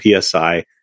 PSI